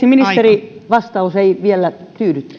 ministeri vastaus ei vielä